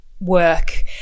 work